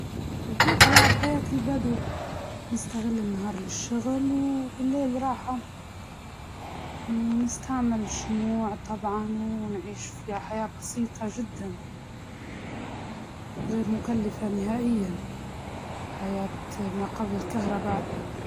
نرجع لحياة البدو، نستغل النهار نخدم فيه، والليل نتريح، ونستخدم الشموع، ونعيش حياة بسيطة، الحياة بسيطة أسهل من الحياة الحالية.